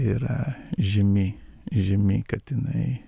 yra žymi žymi kad inai